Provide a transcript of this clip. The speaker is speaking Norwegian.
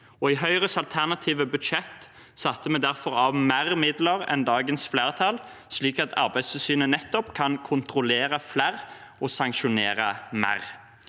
I Høyres alternative budsjett satte vi derfor av mer midler enn dagens flertall, slik at Arbeidstilsynet nettopp kan kontrollere flere og sanksjonere mer.